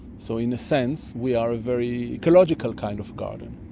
so in a sense we are a very ecological kind of garden.